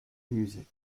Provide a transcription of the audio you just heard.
music